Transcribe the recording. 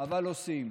אבל עושים.